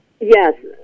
Yes